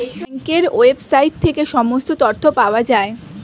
ব্যাঙ্কের ওয়েবসাইট থেকে সমস্ত তথ্য পাওয়া যায়